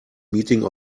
meeting